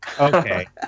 Okay